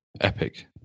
Epic